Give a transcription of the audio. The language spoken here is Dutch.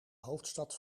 hoofdstad